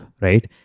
right